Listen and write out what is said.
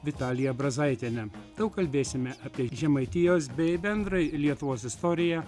vitalija brazaitiene daug kalbėsime apie žemaitijos bei bendrai lietuvos istoriją